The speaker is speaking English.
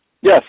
Yes